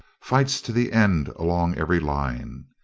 fights to the end along every line.